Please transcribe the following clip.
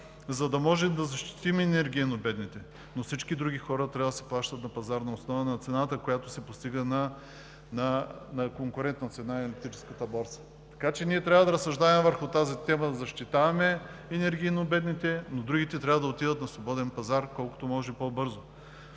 за да можем да защитим енергийно бедните, но всички други хора трябва да си плащат на пазарна основа и на конкурентната цена на електрическата борса. Ние трябва да разсъждаваме върху тази тема. Защитаваме енергийно бедните, но другите трябва да отидат на свободен пазар колкото може по-бързо,